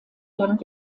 lang